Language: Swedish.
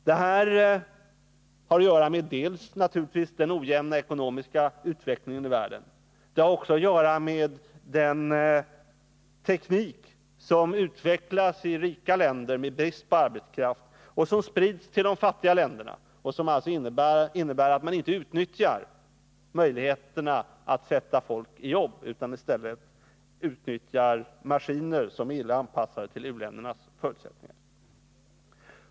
De här förhållandena har att göra med dels den ojämna ekonomiska utvecklingen i världen, dels den teknik som utvecklas i rika länder med brist på arbetskraft och sprids till de fattiga länderna — vilket alltså medför att man inte utnyttjar möjligheterna att sätta folk i jobb utan i stället utnyttjar maskiner som är illa anpassade till u-ländernas förutsättningar.